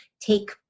take